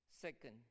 Second